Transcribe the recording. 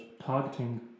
targeting